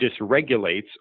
dysregulates